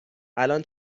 الان